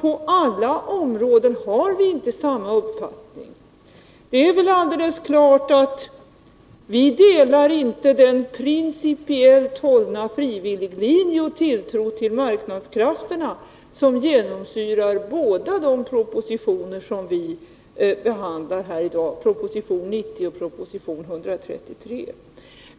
På alla områden har vi inte samma uppfattning. Vi delar naturligtvis inte den principiellt hållna frivilliglinje och tilltro till marknadskrafterna som genomsyrar båda de propositioner som vi behandlar i dag, propositionerna 90 och 133.